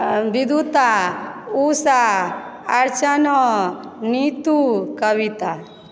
विद्वता उषा अर्चना नीतू कविता